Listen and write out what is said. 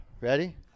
ready